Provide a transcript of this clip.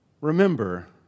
remember